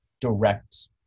direct